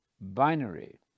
binary